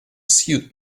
suit